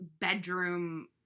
bedroom